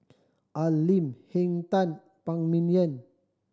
Al Lim Henn Tan Phan Ming Yen